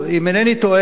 אם אינני טועה,